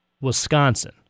Wisconsin